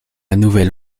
nouvelle